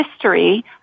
history